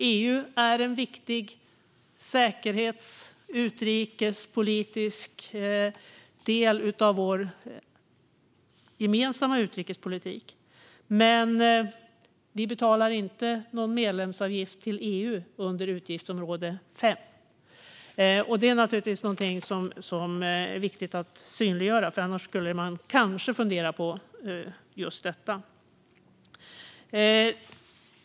EU är en viktig säkerhets och utrikespolitisk del av vår gemensamma utrikespolitik. Men vi betalar inte någon medlemsavgift till EU under utgiftsområde 5. Det är naturligtvis någonting som är viktigt att synliggöra. Annars skulle man kanske fundera på just detta.